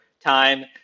time